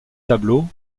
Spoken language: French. tableaux